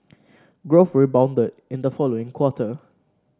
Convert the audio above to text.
growth rebounded in the following quarter